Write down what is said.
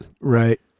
Right